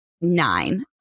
nine